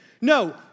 No